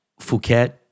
Phuket